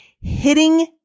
hitting